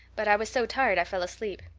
but i was so tired i fell asleep.